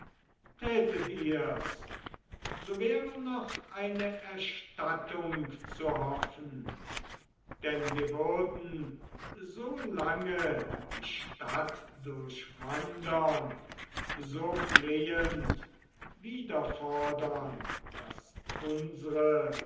tätet ihr's so wäre noch einst erstattung zu hoffen denn wir würden so lange die stadt durchwandern so flehend wiederfordern das unsre